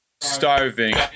starving